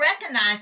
recognize